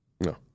No